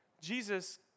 Jesus